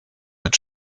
mit